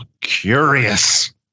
curious